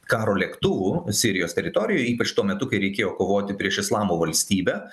karo lėktuvų sirijos teritorij ypač tuo metu kai reikėjo kovoti prieš islamo valstybę